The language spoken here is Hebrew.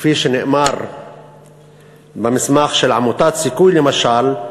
כפי שנאמר במסמך של עמותת "סיכוי" למשל: